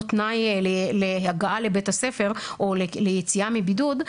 תנאי להגעה לבית הספר או ליציאה מבידוד,